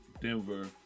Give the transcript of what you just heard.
Denver